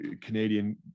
Canadian